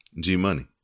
G-Money